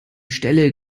stelle